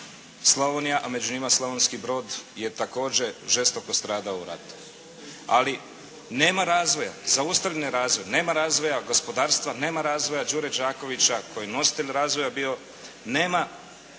Slavonija, a među njima Slavonski Brod je također žestoko stradao u ratu. Ali nema razvoja, zaustavljen je razvoj, nema razvoja gospodarstva, nema razvoja "Đure Đakovića" koji je nositelj razvoja bio. Nema ulaganja